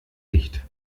licht